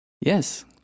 Yes